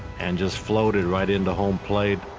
and just floated right into home plate.